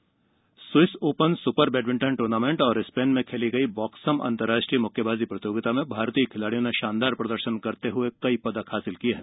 badminton swiss open super badminton tournament और Spain में खेली गई बॉक्सम अंतरराष्ट्रीय मुक्केबाजी प्रतियोगिता में भारतीय खिलाड़ियों ने शानदार प्रदर्शन करते हुए कई पदक हासिल किए हैं